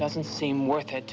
doesn't seem worth it